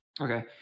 Okay